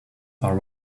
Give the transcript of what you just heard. are